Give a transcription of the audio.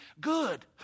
good